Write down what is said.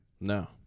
No